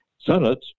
Senate